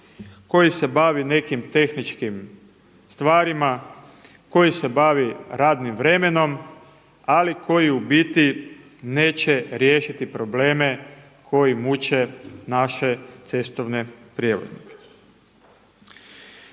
koji se bavi nekim tehničkim stvarima, koji se bavi radnim vremenom, ali koji u biti neće riješiti probleme koji muče naše cestovne prijevoznike.